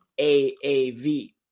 AAV